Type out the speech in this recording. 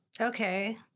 Okay